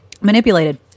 manipulated